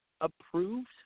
approved